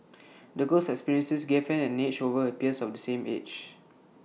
the girl's experiences gave her an edge over her peers of the same age